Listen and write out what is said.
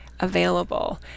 Available